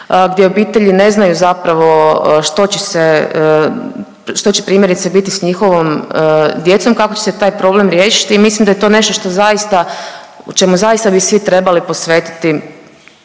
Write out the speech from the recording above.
gdje obitelji ne znaju zapravo što će se, što će primjerice biti s njihovom djecom kako će se taj problem riješiti i mislim da je to nešto što zaista o čemu zaista bi svi trebali posvetiti